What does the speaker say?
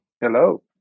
Hello